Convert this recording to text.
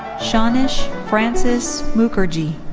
shaunish francis mookerji.